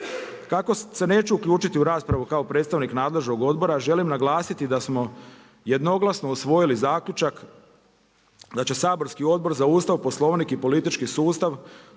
Tako se neću uključiti u raspravu kao predstavnik nadležnog odbora. Želim naglasiti da smo jednoglasno usvojili zaključak da će saborski Odbor za Ustav, Poslovnik i politički sustav